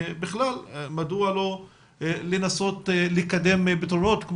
בכלל מדוע לא לנסות לקדם פתרונות,